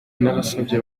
nasabye